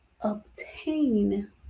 obtain